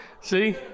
see